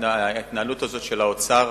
ההתנהלות הזאת של האוצר.